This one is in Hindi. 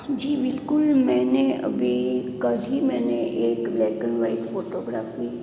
जी बिल्कुल मैंने अभी कल ही मैंने एक ब्लैक एंड व्हाइट फोटोग्राफी